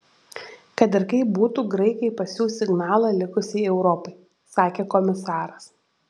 kad ir kaip būtų graikai pasiųs signalą likusiai europai sakė komisaras